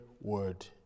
word